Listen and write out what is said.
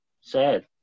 sad